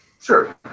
Sure